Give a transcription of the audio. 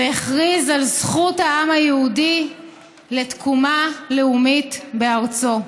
והכריז על זכות העם היהודי לתקומה לאומית בארצו.